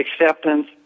acceptance